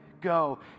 go